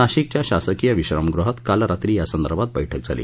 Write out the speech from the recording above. नाशिकच्या शासकीय विश्रामगृहात काल रात्री यासंदर्भात बैठक झाली